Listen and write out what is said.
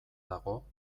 dago